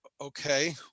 okay